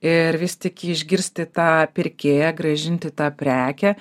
ir vis tik išgirsti tą pirkėją grąžinti tą prekę